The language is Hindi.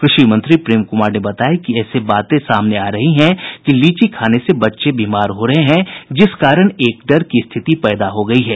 कृषि मंत्री प्रेम कुमार ने बताया कि ऐसी बाते सामने आ रही हैं कि लीची खाने से बच्चे बीमार हो रहे हैं जिस कारण एक डर की स्थिति पैदा हो गयी है